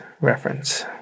reference